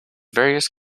various